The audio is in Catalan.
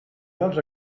dels